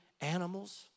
animals